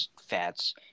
fats